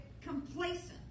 complacent